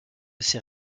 sait